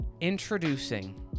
introducing